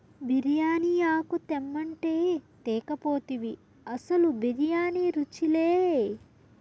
బిర్యానీ ఆకు తెమ్మంటే తేక పోతివి అసలు బిర్యానీ రుచిలే